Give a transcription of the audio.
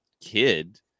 kid